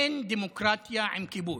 אין דמוקרטיה עם כיבוש.